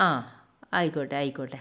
ആ ആയിക്കോട്ടെ ആയിക്കോട്ടെ